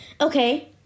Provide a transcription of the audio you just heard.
Okay